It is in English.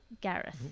gareth